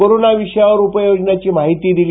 corona विषयावर उपाययोजनांची माहितीही दिली